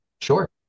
sure